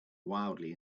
wildly